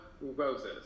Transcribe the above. roses